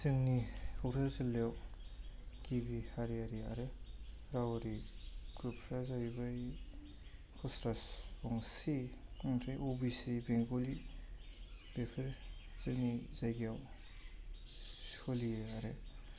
जोंनि क'क्राझार जिल्लायाव गिबि हारियारि आरो रावारि ग्रुपफ्रा जाहैबाय कस राजबंसि आमफ्राय अ बि सि बेंगलि बेफोर जोंनि जायगायाव सोलियो आरो